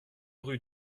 rue